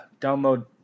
Download